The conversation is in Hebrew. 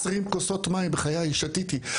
20 כוסות מים, בחיי, שתיתי.